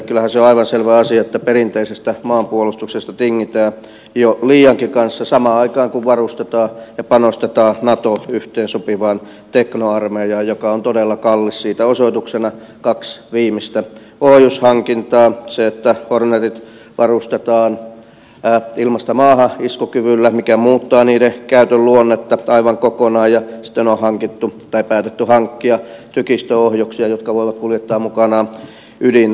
kyllähän se on aivan selvä asia että perinteisestä maanpuolustuksesta tingitään jo liiankin kanssa samaan aikaan kun varustetaan ja panostetaan nato yhteensopivaan teknoarmeijaan joka on todella kallis siitä osoituksena kaksi viimeistä ohjushankintaa se että hornetit varustetaan ilmasta maahan iskukyvyllä mikä muuttaa niiden käytön luonnetta aivan kokonaan ja sitten on päätetty hankkia tykistöohjuksia jotka voivat kuljettaa mukanaan ydinaseita